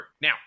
Now